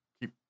keep